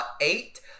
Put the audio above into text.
eight